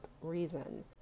reason